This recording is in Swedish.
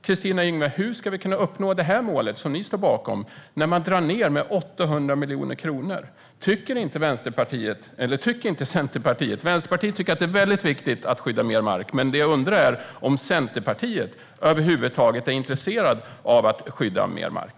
Kristina Yngwe, hur ska vi kunna nå detta mål, som ni står bakom, när ni drar ned med 800 miljoner kronor på detta? Vänsterpartiet tycker att det är mycket viktigt att skydda mer mark. Men jag undrar om Centerpartiet över huvud taget är intresserat av att skydda mer mark.